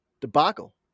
debacle